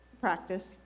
practice